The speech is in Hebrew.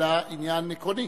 אלא עניין עקרוני.